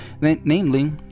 namely